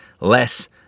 less